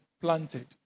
planted